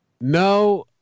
No